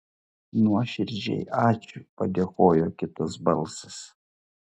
nuoširdžiai ačiū padėkojo kitas balsas